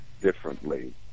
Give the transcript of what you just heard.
differently